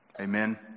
amen